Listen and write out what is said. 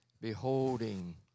beholding